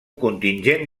contingent